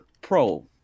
pro